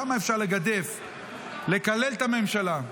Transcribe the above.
כמה אפשר לגדף ולקלל את הממשלה?